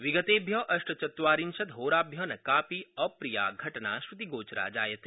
वितगेभ्य अष्टचत्वारिशद होराभ्य न कापि अप्रिया घटना श्रृतिगोचरा जायते